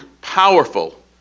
powerful